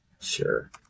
Sure